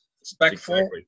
respectful